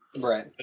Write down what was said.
Right